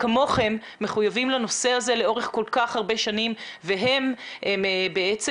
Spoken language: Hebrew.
כמוכם גם הם מחויבים לנושא הזה לאורך כל כך הרבה שנים והם מקור